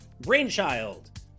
Brainchild